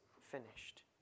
finished